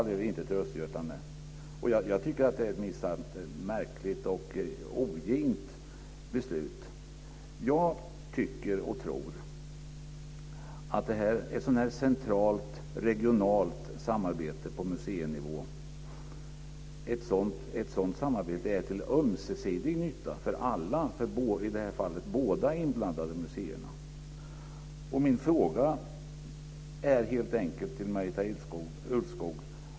Det är ett minsann märkligt och ogint beslut. Jag tycker och tror att ett centralt-regionalt samarbete på museinivå är till ömsesidig nytta för alla, i det här fallet båda inblandade museerna. Jag ställer följande frågor till Marita Ulvskog.